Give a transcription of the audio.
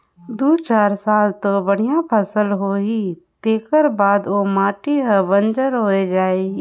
दू चार साल तो बड़िया फसल होही तेखर बाद ओ माटी हर बंजर होए जाही